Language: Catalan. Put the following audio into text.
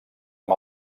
amb